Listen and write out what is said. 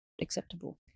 acceptable